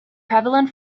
prevalent